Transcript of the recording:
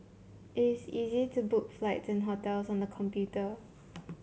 it is easy to book flights and hotels on the computer